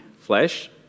flesh